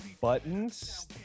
Buttons